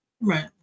Right